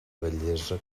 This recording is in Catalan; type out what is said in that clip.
bellesa